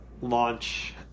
launch